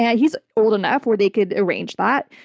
yeah he's old enough where they could arrange that,